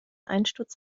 einsturz